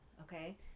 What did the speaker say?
Okay